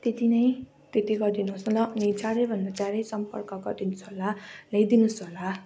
त्यति नै त्यति गरिदिनुहोस् ल अनि चाँडै भन्दा चाँडै सम्पर्क गरिदिनुहोस् होला ल्याइदिनुहोस् होला